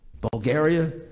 Bulgaria